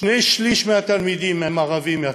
שני-שלישים מהתלמידים הם ערבים מהצפון.